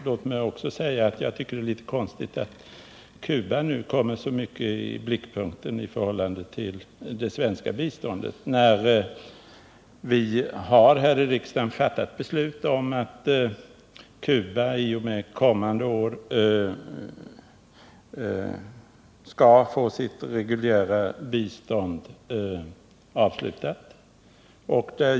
Låt mig också säga att jag tycker att det är konstigt att Cuba nu kommit så mycket i blickpunkten när det gäller det svenska biståndet, då vi ju i riksdagen har beslutat att det här reguljära biståndet till Cuba i och med nästa budgetår skall avslutas.